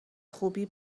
خوبی